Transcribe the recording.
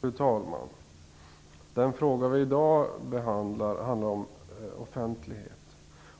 Fru talman! Den fråga vi i dag behandlar handlar om offentlighet,